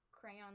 crayon